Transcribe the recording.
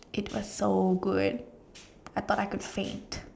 it's was so good I thought I could faint